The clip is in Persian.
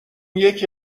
یکی